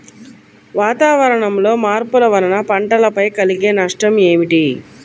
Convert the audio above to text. వాతావరణంలో మార్పుల వలన పంటలపై కలిగే నష్టం ఏమిటీ?